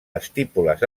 estípules